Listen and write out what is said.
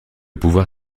pouvoir